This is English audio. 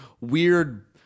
weird –